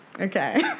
Okay